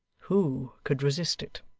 who could resist it?